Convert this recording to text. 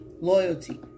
Loyalty